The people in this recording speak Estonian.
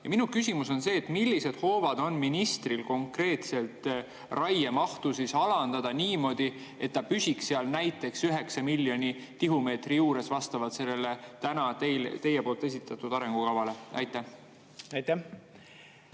Ja minu küsimus on see: millised hoovad on ministril, et konkreetselt raiemahtu alandada niimoodi, et ta püsiks seal näiteks 9 miljoni tihumeetri juures, vastavalt sellele täna teie esitatud arengukavale? Aitäh!